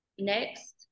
next